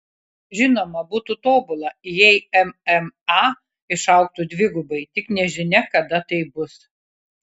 žinoma būtų tobula jei mma išaugtų dvigubai tik nežinia kada tai bus